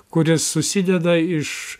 kuris susideda iš